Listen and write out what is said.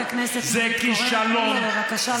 חברת הכנסת נורית קורן, תני לו בבקשה לסיים.